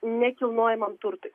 nekilnojamam turtui